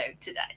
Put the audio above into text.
today